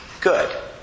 good